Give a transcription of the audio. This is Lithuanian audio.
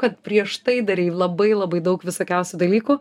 kad prieš tai darei labai labai daug visokiausių dalykų